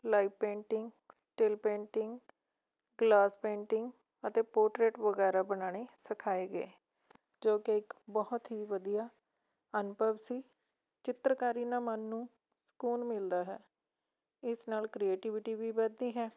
live painting still painting glass painting ਅਤੇ portrait ਵਗੈਰਾ ਬਣਾਉਣੇ ਸਿਖਾਏ ਗਏ ਜੋ ਕਿ ਇੱਕ ਬਹੁਤ ਹੀ ਵਧੀਆ ਅਨੁਭਵ ਸੀ ਚਿੱਤਰਕਾਰੀ ਨਾਲ਼ ਮਨ ਨੂੰ ਸਕੂਨ ਮਿਲਦਾ ਹੈ ਇਸ ਨਾਲ਼ ਕ੍ਰੀਏਟਿਵਿਟੀ ਵੀ ਵਧਦੀ ਹੈ